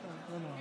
ובכלל זה